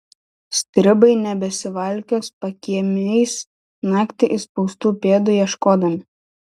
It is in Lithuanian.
stribai nebesivalkios pakiemiais naktį įspaustų pėdų ieškodami